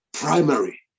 Primary